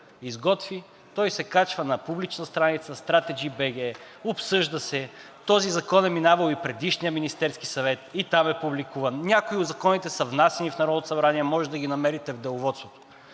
изготви, той се качва на публична страница – strategy.bg, обсъжда се. Този закон е минавал и предишният Министерски съвет, и там е публикуван. Някои от законите са внасяни в Народното събрание – можете да ги намерите в Деловодството.